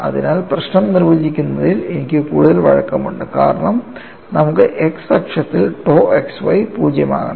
അതിനാൽ പ്രശ്നം നിർവചിക്കുന്നതിൽ എനിക്ക് കൂടുതൽ വഴക്കമുണ്ട് കാരണം നമുക്ക് x അക്ഷത്തിൽ tau xy 0 ആകണം